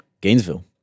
Gainesville